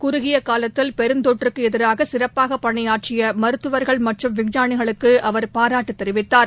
குறுகியகாலத்தில் பெருந்தொற்றுக்குஎதிராகசிறப்பாகபணியாற்றியமருத்துவா்கள் மற்றம் விஞ்ஞானிகளுக்குஅவர் பாராட்டுதெரிவித்தார்